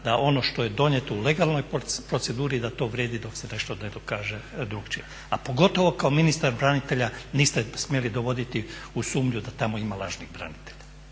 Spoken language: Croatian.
da ono što je donijeto u legalnoj proceduri da to vrijedi dok se nešto ne dokaže drukčije. A pogotovo kao ministar branitelja niste smjeli dovoditi u sumnju da tamo ima lažnih branitelja.